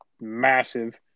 massive